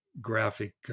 graphic